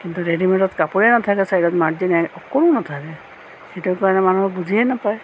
কিন্তু ৰেডিমে'ডত কাপোৰেই নাথাকে ছাইডত মাৰ্জিন অকণো নাথাকে সেইটো কাৰণে মানুহে বুজিয়েই নাপায়